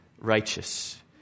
Righteous